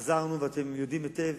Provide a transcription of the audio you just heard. עזרנו, ואתם יודעים היטב